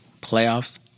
playoffs